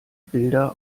bilder